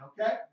Okay